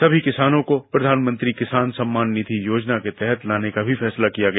सभी किसानों को प्रधानमंत्री किसान सम्मान निधि योजना के तहत भी लाने का फैसला किया गया